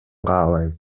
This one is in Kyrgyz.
каалайм